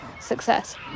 success